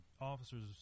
officer's